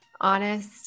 honest